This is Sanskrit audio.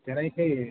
जनैः